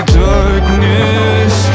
darkness